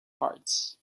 parts